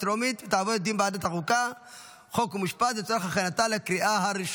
חוק ומשפט נתקבלה.